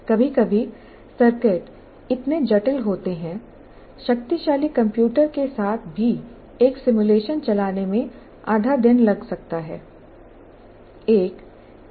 कभी कभी सर्किट इतने जटिल होते हैं शक्तिशाली कंप्यूटर के साथ भी एक सिमुलेशन चलाने में आधा दिन लग सकता है